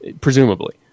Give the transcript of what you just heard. presumably